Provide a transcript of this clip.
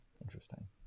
interesting